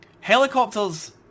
helicopters